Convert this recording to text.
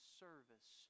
service